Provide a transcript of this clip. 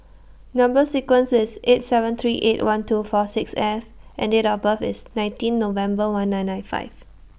Number sequence IS S seven three eight one two four six F and Date of birth IS nineteen November one nine nine five